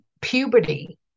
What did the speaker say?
puberty